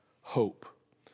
hope